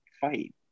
fight